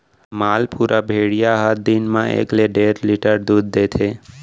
मालपुरा भेड़िया ह दिन म एकले डेढ़ लीटर दूद देथे